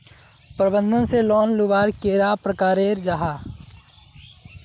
प्रबंधन से लोन लुबार कैडा प्रकारेर जाहा?